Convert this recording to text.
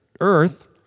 earth